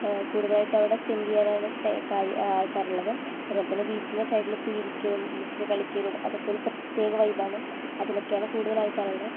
കൂടുതലായിട്ട് അവിടെ സ്പെൻറ്റ് ചെയ്യാനാണ് ടൈം കാര്യം ആൾക്കാരുള്ളത് അതുപോലെത്തന്നെ ബീച്ചിൻ്റെ സൈഡിൽ പോയി ഇരിക്കലും ബീച്ചിൽ കളിക്കലും അതൊക്കെ ഒരു പ്രത്യേക വൈബാണ് അതിനൊക്കെയാണ് കൂടുതൽ ആൾക്കാരുള്ളത്